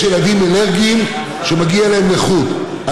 יש ילדים אלרגיים שמגיעה להם נכות.